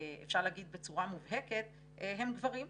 אפשר לומר בצורה מובהקת, הם גברים.